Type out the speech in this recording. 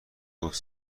گفت